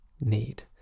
need